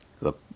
look